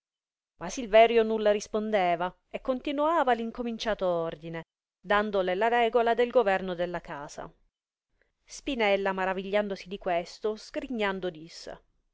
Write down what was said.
ma silverio nulla rispondeva e continoava l incominciato ordine dandole la regola del governo della casa spinella maravigliandosi di questo sgrignando disse